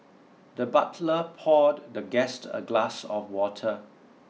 the butler poured the guest a glass of water